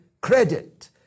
credit